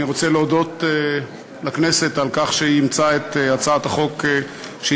אני רוצה להודות לכנסת על כך שהיא אימצה את הצעת החוק שהצענו.